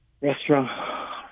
restaurant